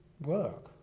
work